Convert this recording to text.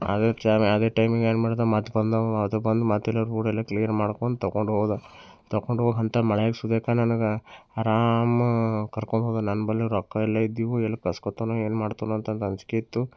ಅದೇ ಟೈಮಿಗೆ ಅದೇ ಟೈಮಿಗೆ ಏನು ಮಾಡಿದೆ ಮತ್ತು ಬಂದಿವೆ ಅದು ಬಂದು ಮತ್ತೆಲ್ಲ ರೋಡೆಲ್ಲ ಕ್ಲೀನ್ ಮಾಡ್ಕೊಂಡು ತಗೊಂಡು ಹೋದ ತಗೊಂಡು ಹೋಗಿ ಅಂತ ಮಳೆ ಸುರಿತಾ ನನ್ಗೆ ಆರಾಮ್ ಕರ್ಕೊಂಡು ಹೋದ ನನ್ನ ಬಳಿ ರೊಕ್ಕ ಎಲ್ಲ ಇದ್ದು ಎಲ್ಲಿ ಕಸ್ಕೊಳ್ತಾನೋ ಏನು ಮಾಡ್ತಾನೋ ಅಂತ ಅಂಜಿಕೆ ಇತ್ತು